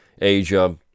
Asia